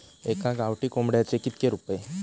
एका गावठी कोंबड्याचे कितके रुपये?